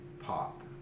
pop